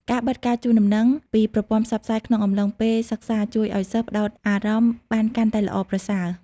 ការបិទការជូនដំណឹងពីប្រព័ន្ធផ្សព្វផ្សាយក្នុងអំឡុងពេលសិក្សាជួយឱ្យសិស្សផ្តោតអារម្មណ៍បានកាន់តែល្អប្រសើរ។